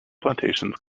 plantations